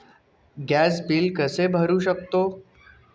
Gas bill कसे भरू शकतो?